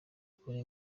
ukuntu